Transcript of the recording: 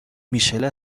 میشله